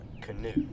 canoe